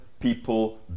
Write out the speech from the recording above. people